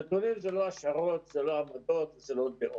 נתונים זה לא השערות, זה לא עמותות, זה לא דעות.